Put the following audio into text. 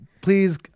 Please